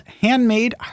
Handmade